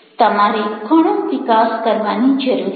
તમારે ઘણો વિકાસ કરવાની જરૂર છે